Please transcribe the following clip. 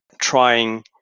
trying